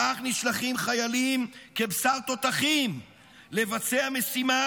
כך נשלחים חיילים כבשר תותחים לבצע משימה